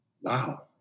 Wow